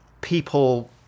people